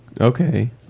Okay